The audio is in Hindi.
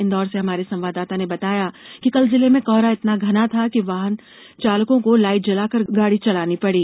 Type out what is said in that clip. इंदौर से हमारे संवाददाता ने बताया है कि कल जिले में कोहरा इतना घना था कि वाहन चालकों को लाइट जलाकर गाड़ी चलानी पड़ी